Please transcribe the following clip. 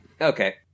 Okay